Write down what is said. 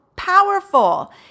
powerful